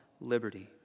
liberty